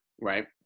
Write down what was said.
right